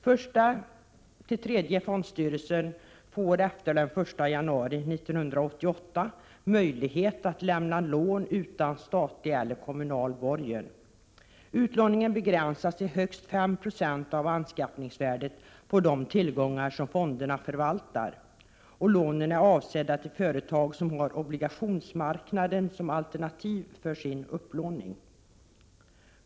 Första-tredje fondstyrelsen får efter den 1 januari 1988 möjlighet att lämna lån utan statlig eller kommunal borgen. Utlåningen begränsas till högst 5 26 av anskaffningsvärdet på de tillgångar som fonderna förvaltar. Lånen är avsedda till företag som har obligationsmarknaden som alternativ för sin upplåning.